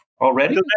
already